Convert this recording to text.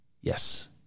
yes